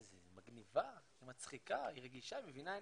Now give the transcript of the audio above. מגניבה, מצחיקה, היא רגישה, מבינה עניין'